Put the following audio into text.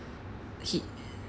he